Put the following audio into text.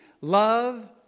Love